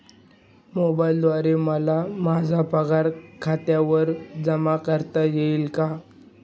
मोबाईलद्वारे मला माझा पगार खात्यावर जमा करता येईल का?